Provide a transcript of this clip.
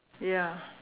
ya